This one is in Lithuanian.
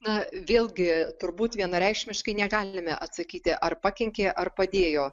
na vėlgi turbūt vienareikšmiškai negalime atsakyti ar pakenkė ar padėjo